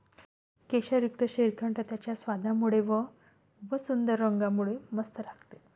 केशरयुक्त श्रीखंड त्याच्या स्वादामुळे व व सुंदर रंगामुळे मस्त लागते